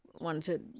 wanted